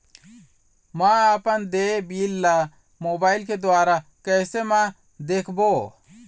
म अपन देय बिल ला मोबाइल के द्वारा कैसे म देखबो?